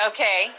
Okay